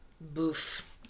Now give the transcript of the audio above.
Boof